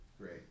Great